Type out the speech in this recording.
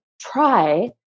try